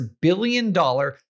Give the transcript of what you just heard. billion-dollar